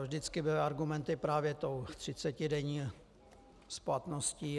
Vždycky byly argumenty právě tou třicetidenní splatností.